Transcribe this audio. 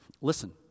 Listen